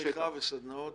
קבוצות תמיכה וסדנאות?